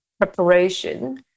preparation